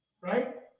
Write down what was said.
right